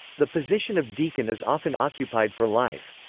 the position of deacon is often occupied for life.